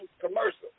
commercial